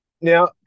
Now